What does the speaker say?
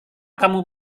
kamu